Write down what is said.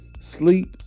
sleep